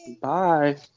bye